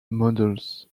models